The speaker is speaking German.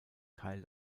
teil